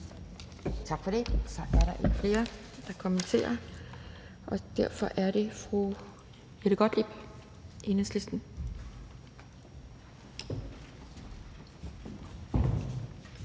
Tak for det. Så er der ikke flere, der vil kommentere. Derfor er det fru Jette Gottlieb, Enhedslisten.